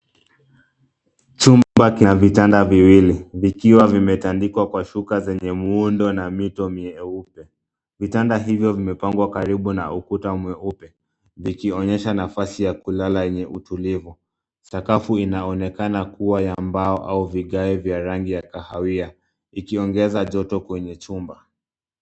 Chumba kina vitanda viwili vikiwa vimetandikwa kwa shuka zenye muundo na mito myeupe. Vitanda hivyo vimepangwa karibu na ukuta mweupe vikionyesha nafasi ya kulala yenye utulivu. Sakafu inaonekana kuwa ya mbao au vigae vya rangi ya kahawia ikiongeza joto kwenye chumba.